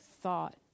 thought